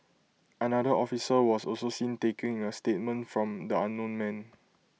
another officer was also seen taking A statement from the unknown man